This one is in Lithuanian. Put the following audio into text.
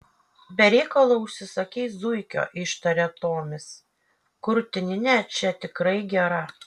be reikalo užsisakei zuikio ištarė tomis krūtininė čia tikrai gera